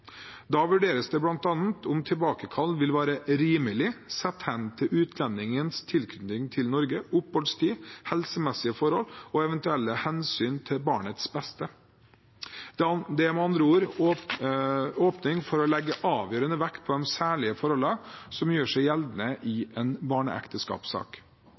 Da vurderes det bl.a. om tilbakekalling vil være rimelig sett hen til utlendingens tilknytning til Norge, oppholdstid, helsemessige forhold – og eventuelle hensyn til barnets beste. Det er med andre ord åpning for å legge avgjørende vekt på de særlige forholdene som gjør seg gjeldende i en barneekteskapssak.